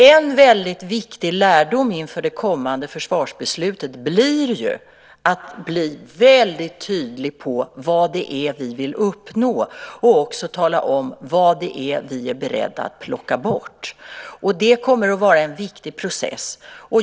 En viktig lärdom inför det kommande försvarsbeslutet blir att vara tydlig med vad det är vi vill uppnå och också tala om vad vi är beredda att plocka bort. Det kommer att vara en viktig process.